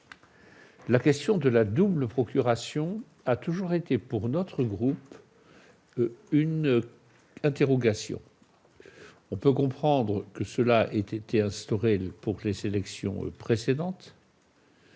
la question de la double procuration a toujours été pour notre groupe une interrogation. On peut comprendre que cette mesure ait été instaurée pour les élections précédentes,